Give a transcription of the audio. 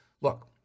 Look